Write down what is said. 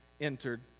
entered